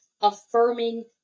affirming